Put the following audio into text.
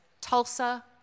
Tulsa